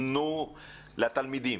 תנו לתלמידים,